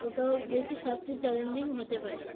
ওটাও বেশি সবচেয়ে চ্যালেঞ্জিং হতে পারে